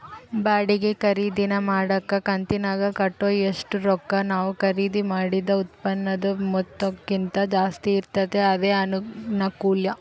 ಬಾಡಿಗೆ ಖರೀದಿನ ಮಾಡಕ ಕಂತಿನಾಗ ಕಟ್ಟೋ ಒಷ್ಟು ರೊಕ್ಕ ನಾವು ಖರೀದಿ ಮಾಡಿದ ಉತ್ಪನ್ನುದ ಮೊತ್ತಕ್ಕಿಂತ ಜಾಸ್ತಿ ಇರ್ತತೆ ಅದೇ ಅನಾನುಕೂಲ